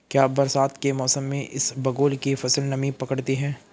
क्या बरसात के मौसम में इसबगोल की फसल नमी पकड़ती है?